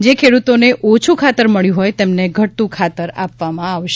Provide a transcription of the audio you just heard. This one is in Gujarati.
જે ખેડૂતોને ઓછુ ખાતર મળ્યું હોય તેમને ઘટતું ખાતર આપવામાં આવશે